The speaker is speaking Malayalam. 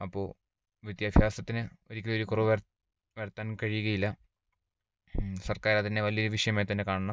അപ്പോൾ വിദ്യാഭ്യാസത്തിന് ഒരിക്കലും ഒരു കുറവ് വരുത്താൻ കഴിയുകയില്ല സർക്കാരതിനെ വലിയ ഒരു വിഷയമായി തന്നെ കാണണം